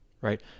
Right